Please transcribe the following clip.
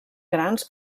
grans